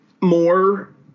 more